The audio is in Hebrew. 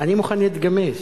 אני מוכן להתגמש.